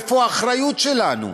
איפה האחריות שלנו?